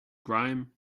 grime